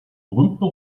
berühmten